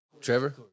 Trevor